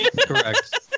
Correct